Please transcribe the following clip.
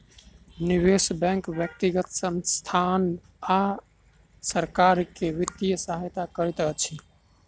निवेश बैंक व्यक्तिगत संसथान आ सरकार के वित्तीय सहायता करैत अछि